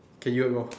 k you go